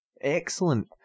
Excellent